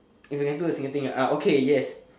if I can do a single thing okay yes